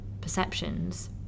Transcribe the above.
perceptions